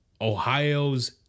Ohio's